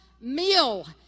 meal